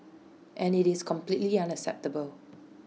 and IT is completely unacceptable